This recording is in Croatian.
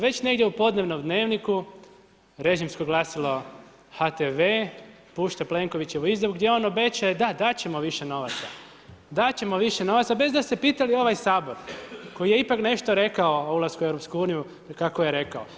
Već negdje u podnevnom dnevniku, režimsko glasilo HTV, pušta Plenkovićevu izjavu gdje on obećaje da, dat ćemo više novaca, dat ćemo više novaca bez da ste pitali ovaj Sabor koji je ipak nešto rekao u ulasku u EU-u kako je rekao.